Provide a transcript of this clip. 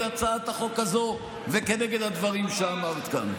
הצעת החוק הזו וכנגד הדברים שאמרת כאן.